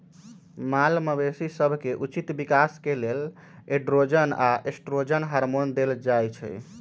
माल मवेशी सभके उचित विकास के लेल एंड्रोजन आऽ एस्ट्रोजन हार्मोन देल जाइ छइ